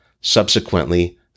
subsequently